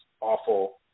awful